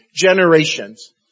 generations